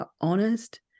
honest